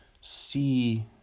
see